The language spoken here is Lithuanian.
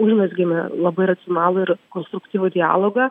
užmezgėme labai racionalų ir konstruktyvų dialogą